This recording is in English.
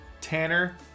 Tanner